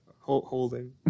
Holding